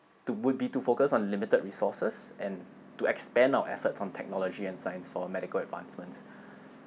to would be to focus on limited resources and to expand our efforts on technology and science for medical advancement